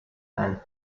and